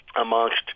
amongst